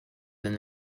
than